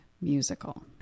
Musical